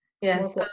Yes